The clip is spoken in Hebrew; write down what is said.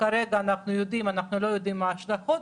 כרגע אנחנו לא יודעים מה ההשלכות.